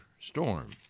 storm